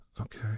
Okay